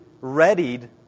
readied